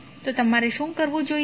તો તમારે શું કરવું જોઈએ